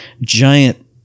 giant